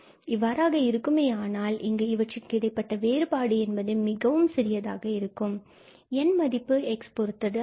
இவ்வாறாக இருக்குமேயானால் இங்கு இவற்றுக்கு இடைப்பட்ட வேறுபாடு என்பது மிகவும் சிறியதாக இருக்கும் மற்றும் N மதிப்பு x பொறுத்தது அல்ல